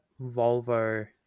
Volvo